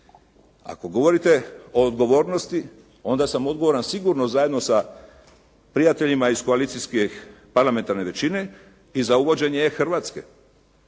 Ako govorite o odgovornosti, onda sam odgovoran sigurno zajedno sa prijateljima iz koalicijskih, parlamentarne većine, i za uvođenje E-Hrvatske,